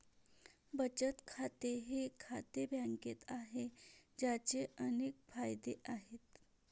बचत खाते हे खाते बँकेत आहे, ज्याचे अनेक फायदे आहेत